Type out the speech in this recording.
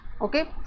okay